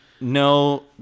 no